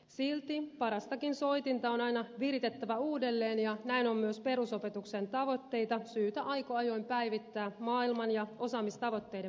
silti parastakin soitinta on aina viritettävä uudelleen ja näin on myös perusopetuksen tavoitteita syytä aika ajoin päivittää maailman ja osaamistavoitteiden muuttuessa